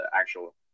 actual